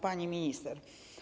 Pani Minister!